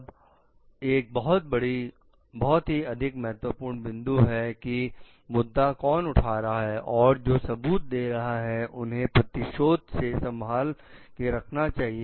तब एक बहुत ही अधिक महत्वपूर्ण बिंदु है कि मुद्दा कौन उठा रहा है और जो सबूत दे रहा है उन्हें प्रतिशोध से संभाल के रखना चाहिए